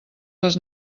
les